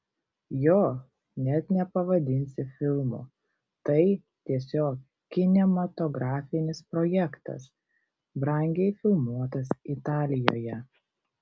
jo net nepavadinsi filmu tai tiesiog kinematografinis projektas brangiai filmuotas italijoje